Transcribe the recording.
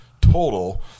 total